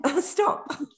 Stop